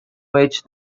which